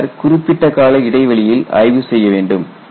பின்னர் குறிப்பிட்ட கால இடைவெளியில் ஆய்வு செய்ய வேண்டும்